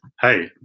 hey